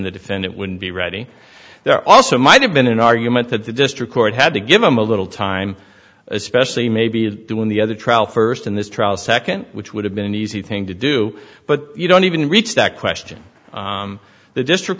the defendant wouldn't be ready there also might have been an argument that the district court had to give them a little time especially maybe when the other trial first in this trial second which would have been an easy thing to do but you don't even reach that question the district